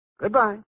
Goodbye